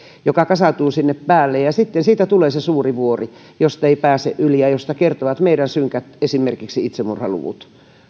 joka kasautuu sinne päälle ja sitten siitä tulee se suuri vuori josta ei pääse yli ja josta kertovat esimerkiksi meidän synkät itsemurhalukumme